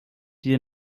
die